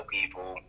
people